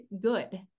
good